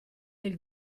del